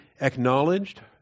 acknowledged